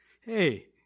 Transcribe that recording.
hey